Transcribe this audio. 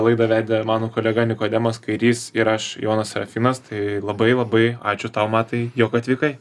laidą vedė mano kolega nikodemas kairys ir aš jonas serafinas tai labai labai ačiū tau matai jog atvykai